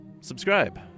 subscribe